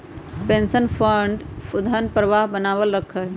pension fund धन प्रवाह बनावल रखा हई